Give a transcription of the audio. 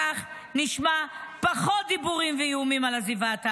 כך נשמע פחות דיבורים ואיומים על עזיבת הארץ,